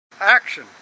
Action